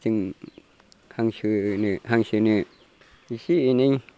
जों हांसोनो हांसोनो एसे एनै